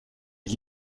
est